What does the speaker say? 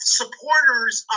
supporters